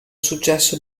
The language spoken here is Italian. successo